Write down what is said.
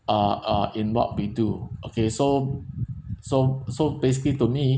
uh uh in what we do okay so so so basically to me